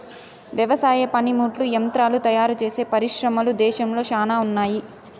వ్యవసాయ పనిముట్లు యంత్రాలు తయారుచేసే పరిశ్రమలు దేశంలో శ్యానా ఉన్నాయి